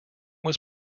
was